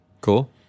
Cool